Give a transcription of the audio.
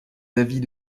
avis